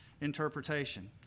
interpretation